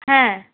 হ্যাঁ